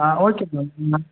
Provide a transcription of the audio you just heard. ah okay ma'am